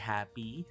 Happy